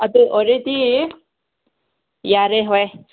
ꯑꯗꯨ ꯑꯣꯏꯔꯗꯤ ꯌꯥꯔꯦ ꯍꯣꯏ